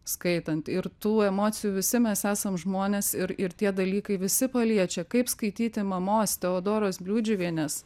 skaitant ir tų emocijų visi mes esam žmonės ir ir tie dalykai visi paliečia kaip skaityti mamos teodoros bliūdžiuvienės